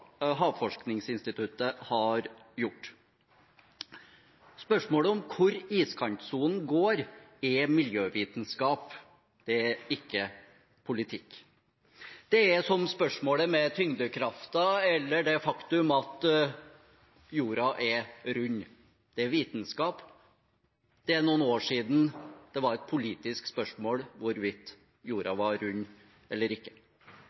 Havforskningsinstituttet har gjort. Spørsmålet om hvor iskantsonen går, er miljøvitenskap. Det er ikke politikk. Det er som spørsmålet om tyngdekraften eller det faktum at jorda er rund. Det er vitenskap. Det er noen år siden det var et politisk spørsmål hvorvidt jorda var rund eller ikke.